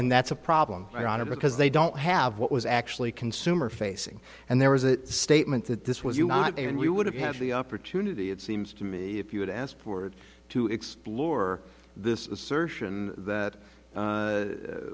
and that's a problem because they don't have what was actually consumer facing and there was a statement that this was not and we would have had the opportunity it seems to me if you had asked for to explore this assertion that